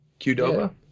Qdoba